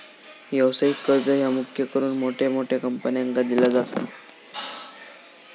व्यवसायिक कर्ज ह्या मुख्य करून मोठ्या मोठ्या कंपन्यांका दिला जाता